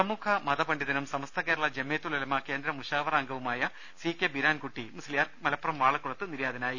പ്രമുഖ മത പണ്ഡിതനും സമസ്ത കേരള ജംഇയ്യത്തുൽ ഉലമ കേന്ദ്ര മുശാവറ അംഗവുമായ സി കെ ബീരാൻകുട്ടി മുസ്ലിയാർ മലപ്പുറം വാളക്കുളത്ത് നിര്യാതനായി